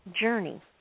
journey